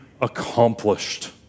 accomplished